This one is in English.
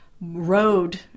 road